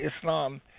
Islam